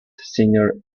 senior